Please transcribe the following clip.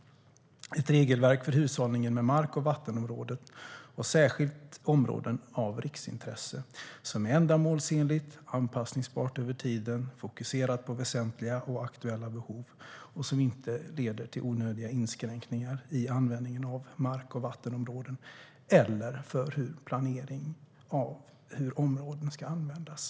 Utredarens förslag skulle ge ett regelverk "för hushållning med mark och vattenområden och särskilt områden av riksintresse, som är ändamålsenligt, anpassbart över tiden, fokuserat på väsentliga och aktuella behov och som inte leder till onödiga inskränkningar i användningen av mark och vattenområden eller för planeringen av hur områdena ska användas".